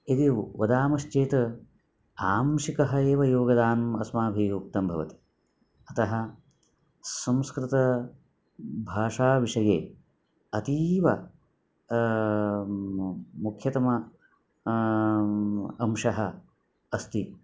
यदि वदामश्चेत् आंशिकः एव योगदानम् अस्माभिः उक्तं भवति अतः संस्कृतभाषाविषये अतीव मुख्यतमः अंशः अस्ति